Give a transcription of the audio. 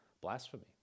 blasphemy